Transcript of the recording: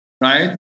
right